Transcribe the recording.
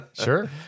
sure